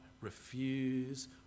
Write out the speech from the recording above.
refuse